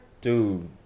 Dude